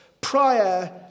prior